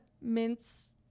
mince